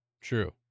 True